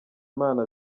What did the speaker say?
imana